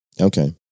Okay